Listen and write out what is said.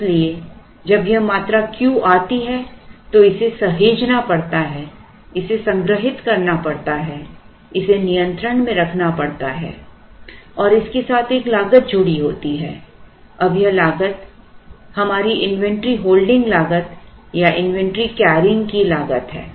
इसलिए जब यह मात्रा Q आती है तो इसे सहेजना पड़ता है इसे संग्रहीत करना पड़ता है इसे नियंत्रण में रखना पड़ता है और इसके साथ एक लागत जुड़ी होती है अब यह लागत हमारी इन्वेंट्री होल्डिंग लागत या इन्वेंट्री कैरिंग की लागत है